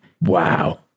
Wow